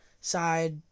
side